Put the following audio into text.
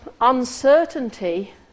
uncertainty